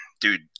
dude